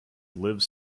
lives